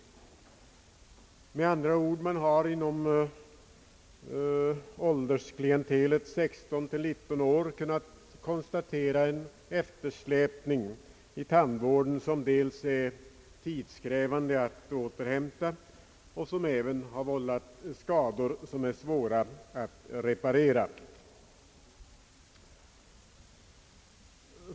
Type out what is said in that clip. Man har med andra ord beträffande åldersklientelet 16—19 år kunnat konstatera en eftersläpning i tandvården, som dels är tidskrävande och svår att återhämta och dels även har vållat skador som är svåra att reparera.